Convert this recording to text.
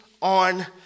on